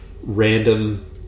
random